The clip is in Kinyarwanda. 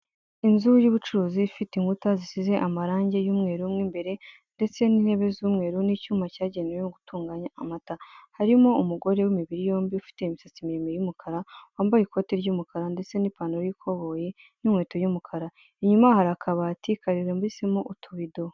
Inzu y'ubucuruzi ifite inkuta zisize amarangi y'umweru mo imbere ndeste n'intebe z'umweru, n'icyuma cyagenewe gutunganya amata, harimo umugore w'imibiri yombi ufite imisatsi miremire y'umukara, wambaye ikote ry'umukara, ndetse n'ipantaro y'ikoboye n'inkweto y'umukara, inyuma hari akabati karambitsemo utubido.